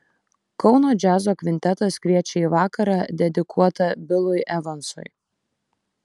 kauno džiazo kvintetas kviečia į vakarą dedikuotą bilui evansui